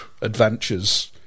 adventures